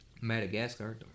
madagascar